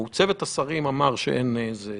8.(ד) פנה אדם בהשגה יתחשב משרד הבריאות בהחלטה בהשגה,